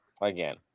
again